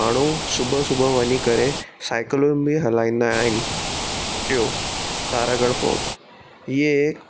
माण्हू सुबुह सुबुह वञी करे साइकलूं बि हलाईंदा आहिनि तारागढ़ फ़ोर्ट इहे एक